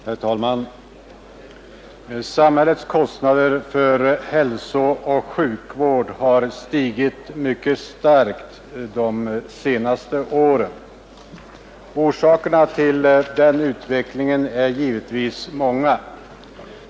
Herr talman! Samhällets kostnader för hälsooch sjukvård har stigit mycket starkt de senaste åren. Orsakerna till den utvecklingen är givetvis många.